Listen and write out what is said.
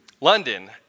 London